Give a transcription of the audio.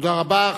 תודה רבה.